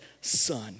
son